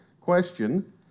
question